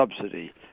subsidy